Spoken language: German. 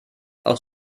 auf